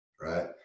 right